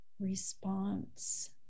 response